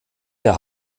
der